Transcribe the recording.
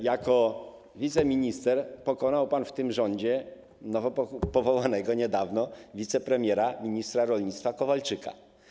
Jako wiceminister pokonał pan w tym rządzie nowo powołanego wicepremiera, ministra rolnictwa Kowalczyka.